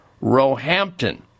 Roehampton